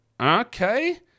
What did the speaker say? okay